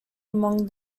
among